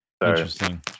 Interesting